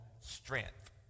strength